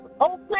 open